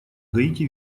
гаити